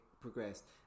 progressed